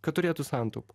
kad turėtų santaupų